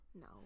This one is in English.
No